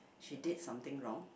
she did something wrong